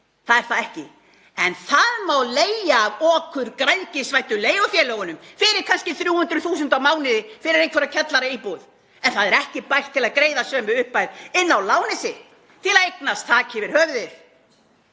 það er það ekki. En það má leigja af okurgræðgisvæddu leigufélögunum fyrir kannski 300.000 á mánuði fyrir einhverja kjallaraíbúð en það er ekki bært til að greiða sömu upphæð inn á lánið sitt til að eignast þak yfir höfuðið.